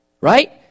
right